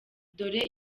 dore